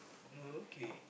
oh okay